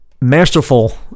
masterful